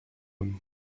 them